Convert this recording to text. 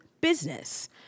business